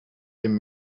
dem